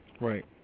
right